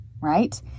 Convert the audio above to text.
Right